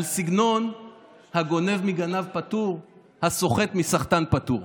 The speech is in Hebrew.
על סגנון הגונב מגנב פטור: הסוחט מסחטן פטור.